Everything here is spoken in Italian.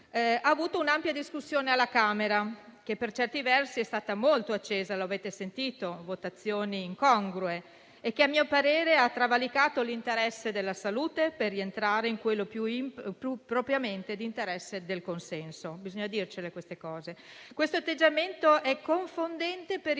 di un'ampia discussione alla Camera, che per certi versi è stata molto accesa (lo avete sentito), con votazioni incongrue, e che a mio parere ha travalicato l'interesse per la salute, per rientrare più propriamente in quello per il consenso: bisogna dircele queste cose. Questo atteggiamento è confondente per